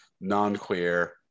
non-queer